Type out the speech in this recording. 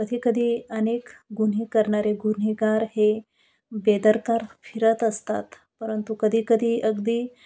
कधीकधी अनेक गुन्हे करणारे गुन्हेगार हे बेदरकार फिरत असतात परंतु कधीकधी अगदी